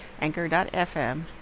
anchor.fm